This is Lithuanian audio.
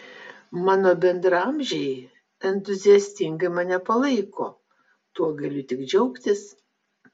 mano bendraamžiai entuziastingai mane palaiko tuo galiu tik džiaugtis